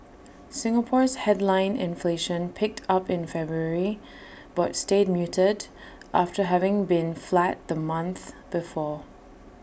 Singapore's headline inflation picked up in February but stayed muted after having been flat the month before